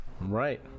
Right